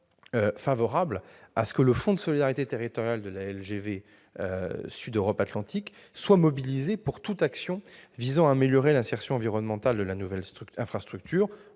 favorable à ce que le Fonds de solidarité territoriale de la LGV Sud-Europe-Atlantique soit mobilisé pour toute action visant à améliorer l'insertion environnementale de la nouvelle infrastructure